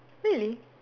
really